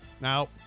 Now